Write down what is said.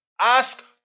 ask